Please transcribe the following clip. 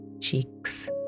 cheeks